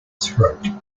throat